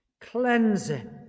cleansing